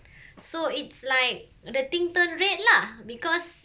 so it's like the thing turned red lah because